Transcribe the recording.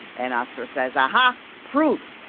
and oscar says, aha proof.